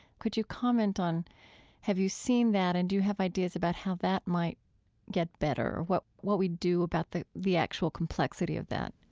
could you comment on have you seen that, and do you have ideas about how that might get better or what what we do about the the actual complexity of that?